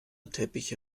teppiche